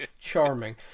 charming